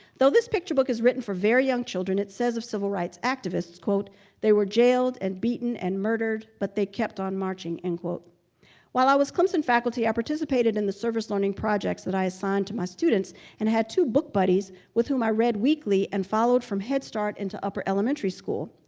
though this picture book is written for very young children, it says of civil rights activists they were jailed and beaten and murdered. but they kept on marching. while i was clemson faculty, i participated in the service learning projects that i assigned to my students and had two book buddies with whom i read weekly and followed from head start into upper elementary school.